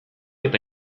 eta